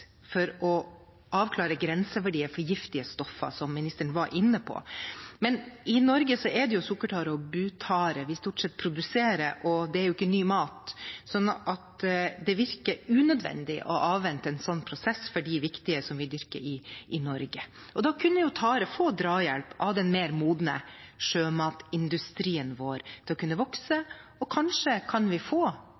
for å avklare grenseverdier for giftige stoffer, som ministeren var inne på. Men i Norge er det jo sukkertare og butare vi stort sett produserer, og det er ikke ny mat, så det virker unødvendig å avvente en sånn prosess for de viktige taretypene vi dyrker i Norge. Da kunne jo tare få drahjelp av den mer modne sjømatindustrien vår til å kunne vokse.